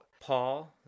Paul